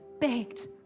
baked